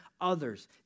others